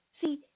See